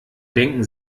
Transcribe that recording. denken